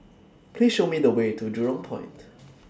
Please Show Me The Way to Jurong Point